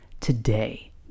today